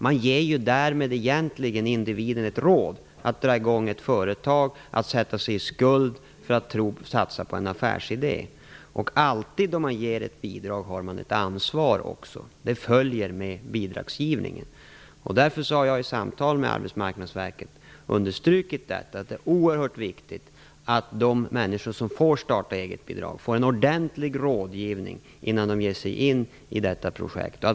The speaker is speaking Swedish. Man ger därmed egentligen individen ett råd att dra igång ett företag och att sätta sig i skuld för att satsa på en affärsidé. När man ger ett bidrag har man alltid ett ansvar. Det följer med bidragsgivningen. Därför har jag i samtal med Arbetsmarknadsverket understrykit att det är oerhört viktigt att de människor som får starta-egetbidrag får en ordentlig rådgivning innan de ger sig in i projekt.